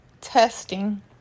testing